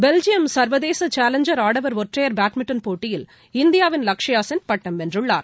Belgium சர்வதேச challenge ஆடவர் ஒற்றையர் பேட்மிண்டன் போட்டியில் இந்தியாவின் லக்ஷியா சென் பட்டம் வென்றுள்ளார்